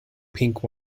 pink